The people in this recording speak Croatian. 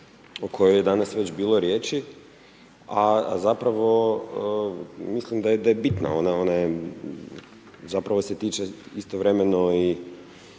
o kojoj je danas već bilo riječi, a zapravo mislim da je bitna. Ona je zapravo se tiče istovremeno i